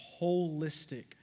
holistic